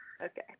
Okay